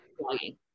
blogging